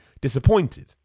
disappointed